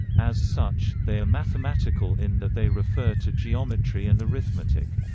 as such, they are mathematical in that they refer to geometry and arithmetic.